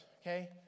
okay